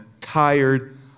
tired